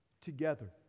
together